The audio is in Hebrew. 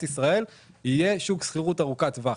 ישראל יהיה שוק שכירות ארוך טווח.